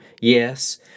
yes